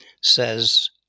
says